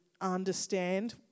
understand